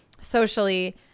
socially